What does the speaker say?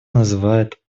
называют